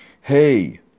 Hey